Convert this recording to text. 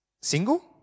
single